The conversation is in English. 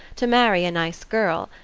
to marry a nice girl,